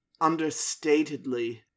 understatedly